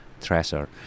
Treasure